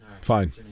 fine